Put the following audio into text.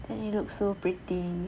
then it looks so pretty